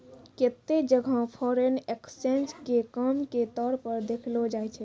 केत्तै जगह foreign exchange के काम के तौर पर देखलो जाय छै